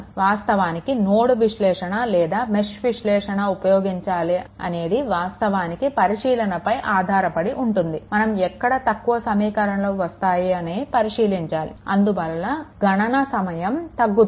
వాస్తవానికి నోడల్ విశ్లేషణ లేదా మెష్ విశ్లేషణ ఉపయోగించాలా అనేది వాస్తవానికి పరిశీలనపై ఆధారపడి ఉంటుంది మనం ఎక్కడ తక్కువ సమీకరణాలు వస్తాయని పరిశీలించాలి అందువల్ల గణన సమయం తగ్గుతుంది